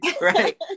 Right